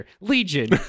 Legion